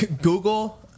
Google